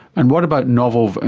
and what about novel,